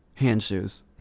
handshoes